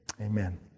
Amen